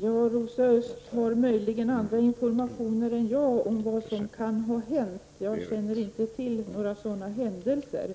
Herr talman! Rosa Östh har möjligen andra informationer än jag om vad som kan ha hänt. Jag känner inte till några sådana händelser.